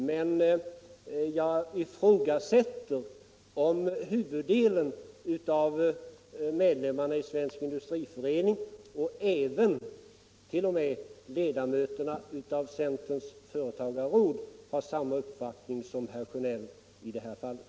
Men jag ifrågasätter om huvuddelen av medlemmarna i Svensk Industriförening och t.o.m. ledamöterna av centerns företagarråd har samma uppfattning som herr Sjönell i det här fallet.